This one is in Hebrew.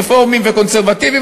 רפורמים וקונסרבטיבים,